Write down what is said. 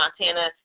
Montana